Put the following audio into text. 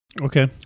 Okay